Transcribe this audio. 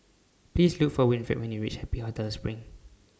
Please Look For Winfred when YOU REACH Happy Hotel SPRING